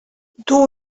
duu